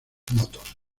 motos